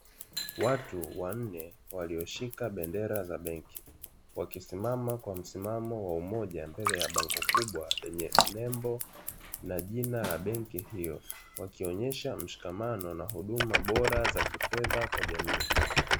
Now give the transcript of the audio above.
Watu wanne walioshika bendera za benki, wakisimama kwa msimamo wa umoja mbele ya bango kubwa lenye nembo na jina la benki hiyo wakionyesha mshikamano na huduma bora za kifedha kwa jamii.